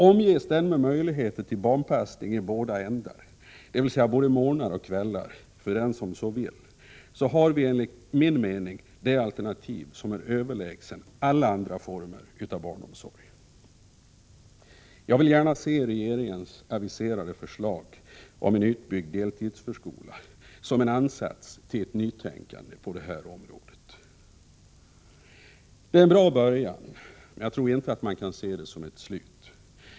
Omges den med möjligheter till barnpassning i båda ändar, dvs. både morgnar och kvällar för den som så vill, har vi enligt min mening det alternativ som är överlägset alla andra former av barnomsorg. Jag vill gärna se regeringens aviserade förslag om en utbyggd deltidsförskola som en ansats till ett nytänkande på detta område. Det är en bra början, men jag tror inte att man kan se det som något slut.